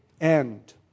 end